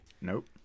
Nope